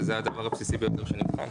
זה הדבר הבסיסי ביותר שנבחן.